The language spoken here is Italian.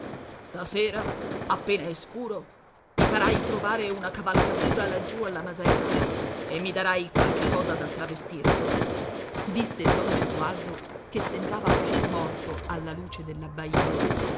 stasera appena è scuro mi farai trovare una cavalcatura laggiù alla masera e mi darai qualche cosa da travestirmi disse don gesualdo che sembrava più smorto alla luce dell'abbaino